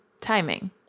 timing